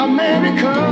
America